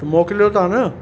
त मोकिलियो था न